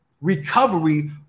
recovery